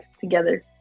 together